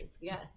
Yes